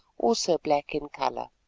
also black in colour.